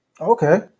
Okay